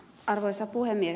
arvoisa puhemies